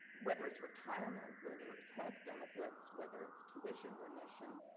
whether it's retirement, whether it's health benefits, whether it's tuition remission,